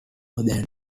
than